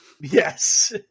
Yes